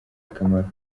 akamaro